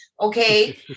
okay